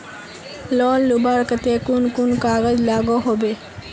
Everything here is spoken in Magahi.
लोन लुबार केते कुन कुन कागज लागोहो होबे?